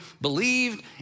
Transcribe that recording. believed